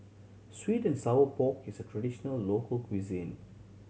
sweet and sour pork is a traditional local cuisine